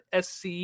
SC